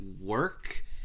work